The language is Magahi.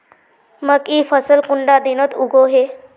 मकई फसल कुंडा दिनोत उगैहे?